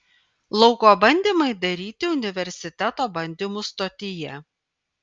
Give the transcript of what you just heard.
lauko bandymai daryti universiteto bandymų stotyje